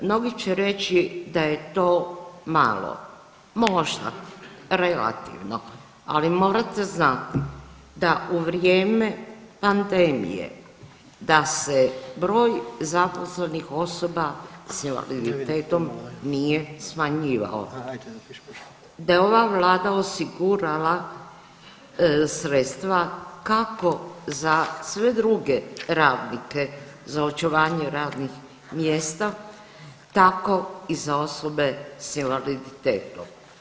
Mnogi će reći da je to malo, možda, relativno, ali morate znati da u vrijeme pandemije da se broj zaposlenih osoba s invaliditetom nije smanjivao, da je ova vlada osigurala sredstva kako za sve druge radnike za očuvanje radnih mjesta tako i za osobe s invaliditetom.